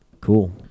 Cool